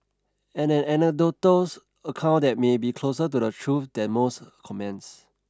and an anecdotal account that may be closer to the truth than most comments